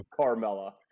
Carmella